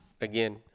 Again